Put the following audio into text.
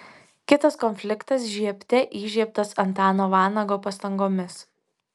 kitas konfliktas žiebte įžiebtas antano vanago pastangomis